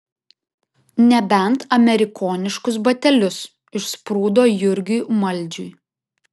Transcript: nebent amerikoniškus batelius išsprūdo jurgiui maldžiui